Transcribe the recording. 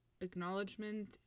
acknowledgement